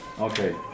Okay